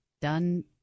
done